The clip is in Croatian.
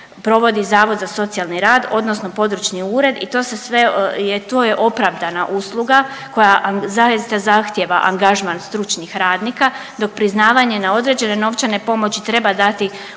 Zavod za socijalni rad, odnosno područni ured i to se sve, to je opravdana usluga zaista zahtijeva angažman stručnih radnika dok priznavanje na određene novčane pomoći treba dati